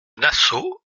nassau